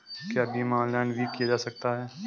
क्या बीमा ऑनलाइन भी किया जा सकता है?